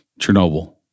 Chernobyl